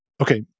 okay